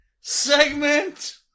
segment